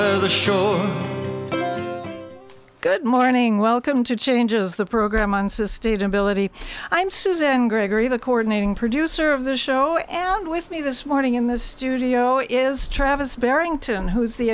show good morning welcome to changes the program on sustainability i'm susan gregory the coordinating producer of the show and with me this morning in the studio is travis barrington who's the